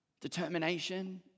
Determination